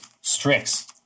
strix